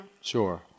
Sure